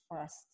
first